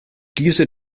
diese